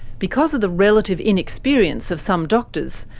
because of the relative inexperience of some doctors,